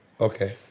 Okay